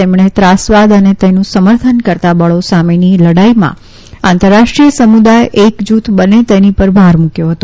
તેમણે ત્રાસવાદ અને તેનું સમર્થન કરતા બળો સામેની લડાઈમાં આંતરરાષ્ટ્રીય સમુદાય એકજુથ બને તેની પર ભાર મુકથો હતો